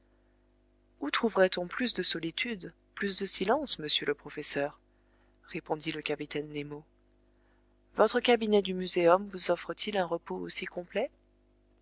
où trouverait-on plus de solitude plus de silence monsieur le professeur répondit le capitaine nemo votre cabinet du muséum vous offre t il un repos aussi complet